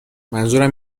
منظورم